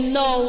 no